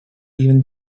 even